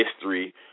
history